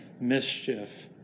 mischief